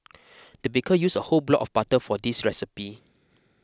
the baker used a whole block of butter for this recipe